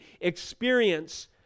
Experience